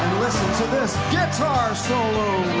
listen to this guitar solo